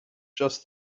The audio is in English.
just